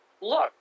look